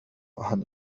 أحد